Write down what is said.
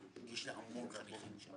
יש המון חניכים שם,